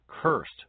Cursed